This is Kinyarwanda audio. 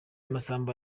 masamba